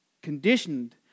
Conditioned